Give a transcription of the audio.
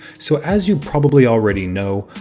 so as you probably already know,